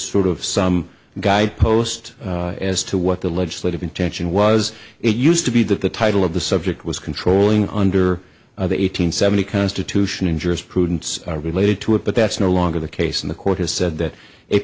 sort of some guide post as to what the legislative intention was it used to be that the title of the subject was controlling under that eight hundred seventy constitution in jurisprudence are related to it but that's no longer the case in the court has said that